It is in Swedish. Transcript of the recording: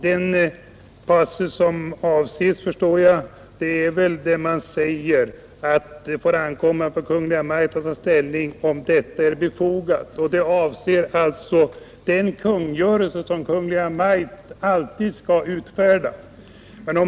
Den passus som avses förstår jag är den där reservanterna skriver: ”Det får ankomma på Kungl. Maj:t att ta ställning till om detta är befogat.” Detta avser alltså den kungörelse som Kungl. Maj:t alltid skall utfärda.